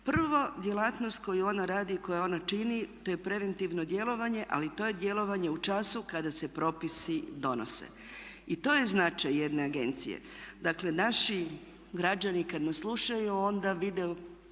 Prvo, djelatnost koju ona radi i koju ona čini to je preventivno djelovanje, ali to je djelovanje u času kada se propisi donose. I to je značaj jedne agencije. Dakle, naši građani kad nas slušaju onda vide